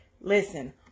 Listen